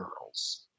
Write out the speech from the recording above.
girls